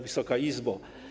Wysoka Izbo!